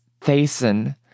Thason